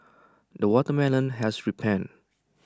the watermelon has ripened